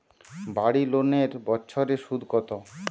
বাড়ি লোনের বছরে সুদ কত?